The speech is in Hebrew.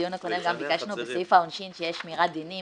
בדיון הקודם ביקשנו בסעיף העונשין שתהיה שמירת דינים